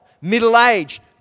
middle-aged